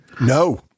No